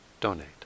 donate